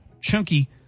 chunky